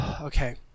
okay